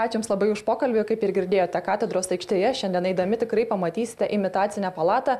ačiū jums labai už pokalbį kaip ir girdėjote katedros aikštėje šiandien eidami tikrai pamatysite imitacinę palatą